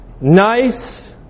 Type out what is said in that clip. nice